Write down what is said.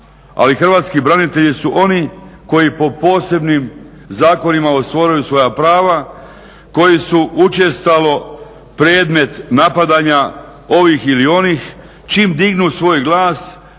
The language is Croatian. hrvatski branitelji su oni koji po posebnim zakonima ostvaruju svoja prava, koji su učestalo predmet napadanja ovih ili onih, čim dignu svoj glas,